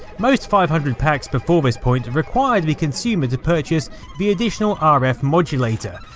most five hundred packs before this point required the consumer to purchase the additional ah rf modulator,